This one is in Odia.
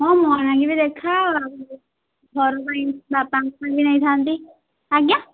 ହଁ ମୋ ଲାଗି ବି ଦେଖାଅ ଆଉ ଘର ପାଇଁ ବାପାଙ୍କ ପାଇଁ ବି ନେଇଥାନ୍ତି ଆଜ୍ଞା